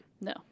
No